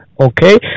Okay